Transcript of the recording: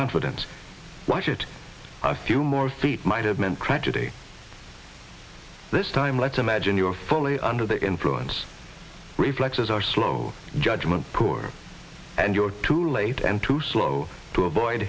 confidence why should i few more feet might have meant tragedy this time let's imagine you're fully under the influence reflexes are slow judgment poor and your too late and too slow to avoid